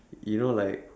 you know like